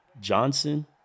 Johnson